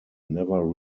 never